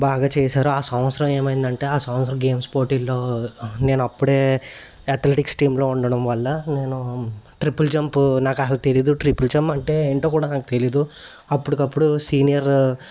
బాగా చేసారు ఆ సంవత్సరం ఏమైందంటే ఆ సంవత్సరం గేమ్స్ పోటీల్లో నేను అప్పుడే అథ్లెటిక్స్ టీంలో ఉండడం వల్ల నేను ట్రిపుల్ జంపు నాకు అసలు తెలియదు ట్రిపుల్ జంప్ అంటే ఏంటో కూడా నాకు తెలియదు అప్పటికప్పుడు సీనియరు